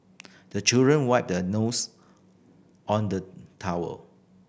the children wipe their nose on the towel